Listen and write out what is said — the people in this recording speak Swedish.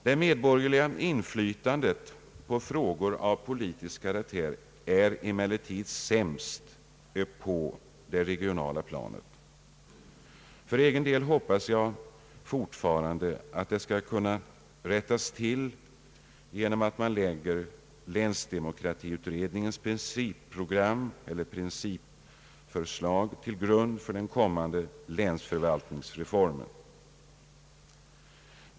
Det medborgerliga inflytandet på frågor av politisk karaktär är emellertid sämst på det regionala planet. För egen del hoppas jag fortfarande att det skall kunna rättas till genom att man lägger länsdemokratiutredningens principförslag till grund för en kommande länsförvaltningsreform.